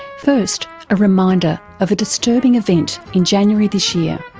first, a reminder of a disturbing event in january this year